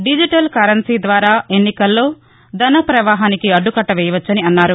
digital currency ద్వారా ఎన్నికల్లో ధన ప్రవాహానికి అడ్దుకట్ట వేయవచ్చని అన్నారు